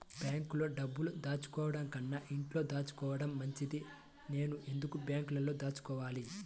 బ్యాంక్లో డబ్బులు దాచుకోవటంకన్నా ఇంట్లో దాచుకోవటం మంచిది నేను ఎందుకు బ్యాంక్లో దాచుకోవాలి?